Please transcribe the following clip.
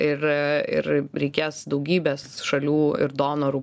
ir ir reikės daugybės šalių ir donorų